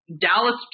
Dallas